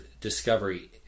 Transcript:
discovery